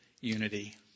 unity